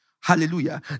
Hallelujah